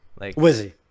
Wizzy